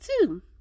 two